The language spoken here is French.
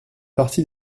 partie